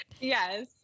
yes